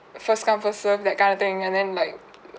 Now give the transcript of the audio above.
first come first serve that kind of thing and then like